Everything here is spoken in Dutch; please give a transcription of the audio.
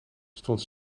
stond